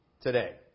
today